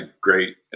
great